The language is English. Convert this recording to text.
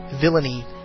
villainy